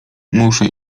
muszę